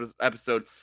episode